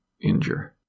injure